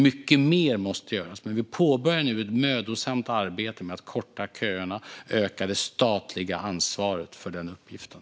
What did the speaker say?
Mycket mer måste göras, men vi påbörjar nu ett mödosamt arbete med att korta köerna och öka det statliga ansvaret för den uppgiften.